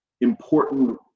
important